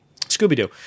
Scooby-Doo